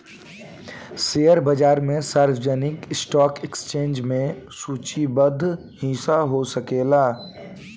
share बाजार में सार्वजनिक स्टॉक एक्सचेंज में सूचीबद्ध हिस्सा हो सकेला